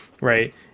Right